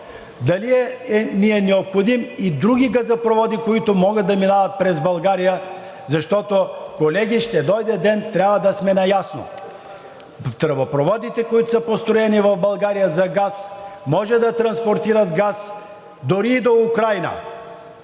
дали са ни необходими и други газопроводи, които могат да минават през България, защото, колеги, ще дойде ден и трябва да сме наясно – тръбопроводите, които са построени в България за газ, може да транспортират газ дори до Украйна,